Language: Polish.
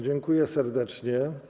Dziękuję serdecznie.